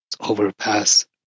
overpass